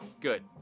Good